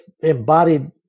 embodied